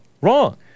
Wrong